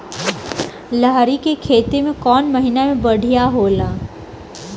लहरी के खेती कौन महीना में बढ़िया होला?